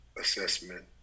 assessment